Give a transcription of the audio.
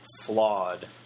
flawed